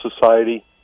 Society